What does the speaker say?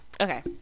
okay